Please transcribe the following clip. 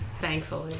Thankfully